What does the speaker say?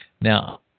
Now